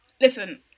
listen